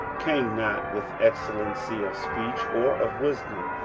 came not with excellency of speech or of wisdom,